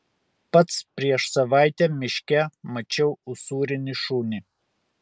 pats prieš savaitę miške mačiau usūrinį šunį